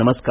नमस्कार